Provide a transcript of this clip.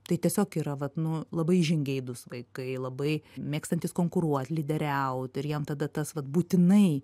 tai tiesiog yra vat nu labai žingeidūs vaikai labai mėgstantys konkuruot lyderiaut ir jiem tada tas vat būtinai